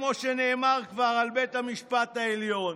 כמו שכבר נאמר, על בית המשפט העליון,